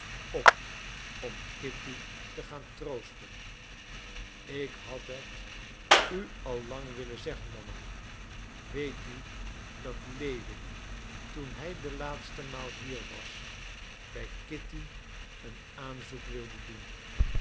op om kitty te gaan troosten ik had het u al lang willen zeggen mama weet u dat lewin toen hij de laatste maal hier was bij kitty een aanzoek wilde doen